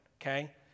okay